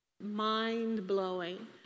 mind-blowing